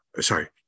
sorry